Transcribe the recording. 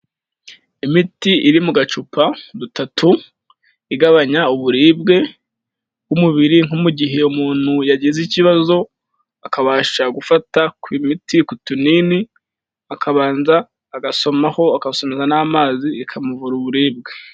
Imiti iri mu gacupa dutatu igabanya uburibwe bw'umubiri nko mu gihe umuntu yagize ikibazo akabasha gufata ku miti, ku tunini akabanza agasomaho agasomeza n'amazi ikamuvura uburibwe.